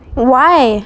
why